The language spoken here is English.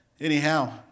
Anyhow